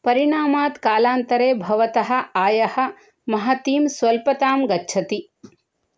परिणामात् कालान्तरे भवतः आयः महतीं स्वल्पतां गच्छति